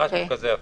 משהו כזה אפילו.